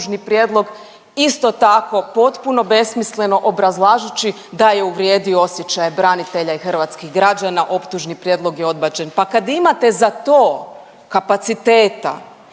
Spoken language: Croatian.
isto tako potpuno besmisleno obrazlažući da je uvrijedio osjećaje branitelja i hrvatskih građana, optužni prijedlog je odbačen. Pa kad imate za to kapaciteta